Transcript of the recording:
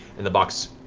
and the box